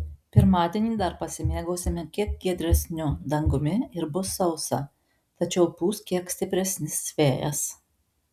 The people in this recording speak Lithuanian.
pirmadienį dar pasimėgausime kiek giedresniu dangumi ir bus sausa tačiau pūs kiek stipresni vėjas